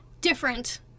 different